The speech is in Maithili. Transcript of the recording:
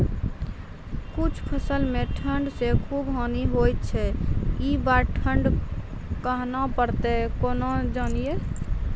कुछ फसल मे ठंड से खूब हानि होय छैय ई बार ठंडा कहना परतै केना जानये?